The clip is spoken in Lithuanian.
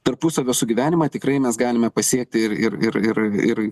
tarpusavio sugyvenimą tikrai mes galime pasiekti ir ir ir ir